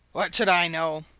what should i know?